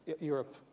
Europe